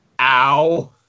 Ow